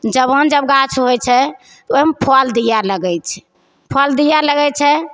जबान जब गाछ होइत छै ओहिमे फल दिए लगैत छै फल दिए लगैत छै